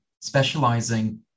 specializing